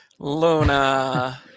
Luna